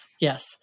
Yes